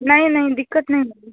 नहीं नहीं दिक्कत नहीं होगी